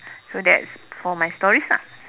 so that's for my stories lah